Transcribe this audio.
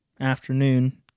afternoon